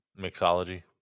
mixology